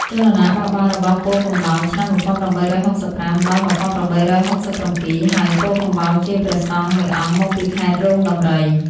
ចលនាបះបោររបស់ពោធិកំបោរ (ឆ្នាំ ១៨៦៥-១៨៦៧) ហើយ ពោធិកំបោរជាព្រះសង្ឃមួយអង្គមកពីខេត្តរោងដំរី។